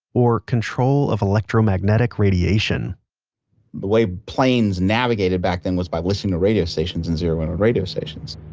or control of electromagnetic radiation the way planes navigated back then was by listening to radio stations and zero in on radio stations,